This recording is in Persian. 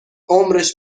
عمرش